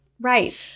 Right